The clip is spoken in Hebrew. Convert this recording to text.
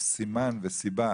סימן וסיבה